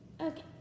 Okay